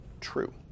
true